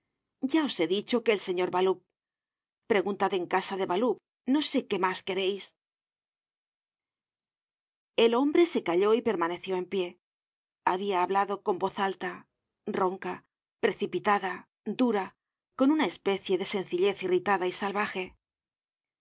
ya os he dicho que el señor baloup preguntad en casa de baloup no sé qué mas me quereis content from google book search generated at el hombre se calló y permaneció en pie habia hablado con voz alta ronca precipitada dura con una especie de sencillez irritada y salvaje una